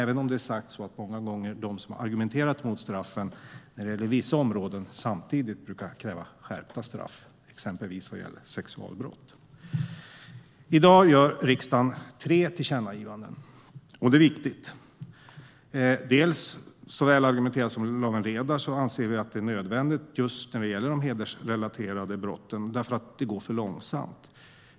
Med det sagt är det så att de som argumenterar mot straffen på vissa områden samtidigt brukar kräva skärpta straff för exempelvis sexualbrott. I dag gör riksdagen tre tillkännagivanden. Det är viktigt. Som Lawen Redar så väl argumenterat för anser vi att det är nödvändigt när det gäller just de hedersrelaterade brotten eftersom det går för långsamt.